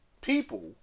People